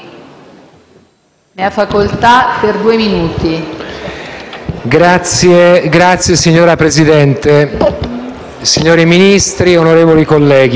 Signor Presidente, signori Ministri, onorevoli colleghi,